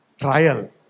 trial